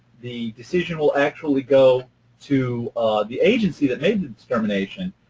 the decision will actually go to the agency that made the determination,